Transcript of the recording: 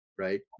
Right